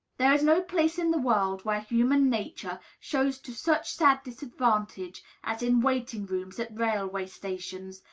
there is no place in the world where human nature shows to such sad disadvantage as in waiting-rooms at railway stations,